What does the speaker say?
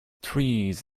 trees